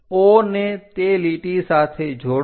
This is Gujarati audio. O ને તે લીટી સાથે જોડો